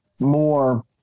more